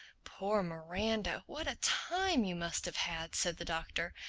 poor miranda! what a time you must have had! said the doctor.